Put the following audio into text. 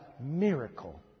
Miracle